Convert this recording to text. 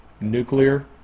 nuclear